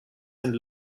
sind